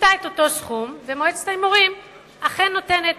הקצתה את אותו סכום, ומועצת ההימורים אכן נותנת,